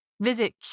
Visit